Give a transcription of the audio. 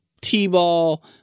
T-ball